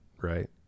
right